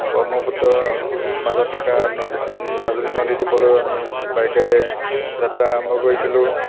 ব্ৰহ্মপুত্ৰ মাজত থকা নদ মাজুলী নদীদ্বিপলৈ আমি বাইকেৰে যাত্ৰা আৰম্ভ কৰিছিলো